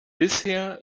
bisher